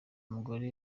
umugore